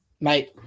Mate